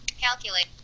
Calculate